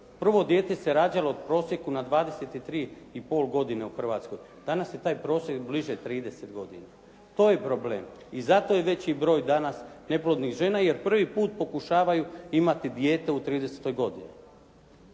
prvo dijete se rađalo u prosijeku na 23 i pol godine u Hrvatskoj. Danas je taj prosjek bliže 30 godina. To je problem. I zato je veći broj danas neplodnih žena jer prvi put pokušavaju imati dijete u tridesetoj godini.